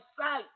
sight